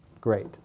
great